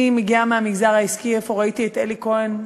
אני מגיעה מהמגזר העסקי, איפה ראיתי את אלי כהן?